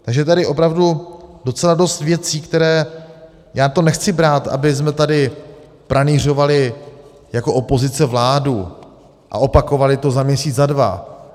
Takže je tady opravdu docela dost věcí, které já to nechci brát, abychom tady pranýřovali jako opozice vládu a opakovali to za měsíc, za dva.